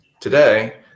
today